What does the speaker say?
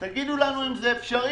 תגידו לנו אם זה אפשרי,